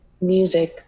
music